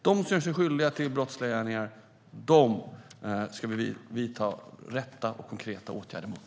De som har gjort sig skyldiga till brottsliga gärningar ska vi vidta rätt och konkreta åtgärder mot.